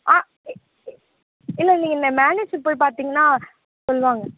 ஆ இல்லைல்ல நீங்கள் மேனேஜர் போய் பார்த்திங்கன்னா சொல்வாங்க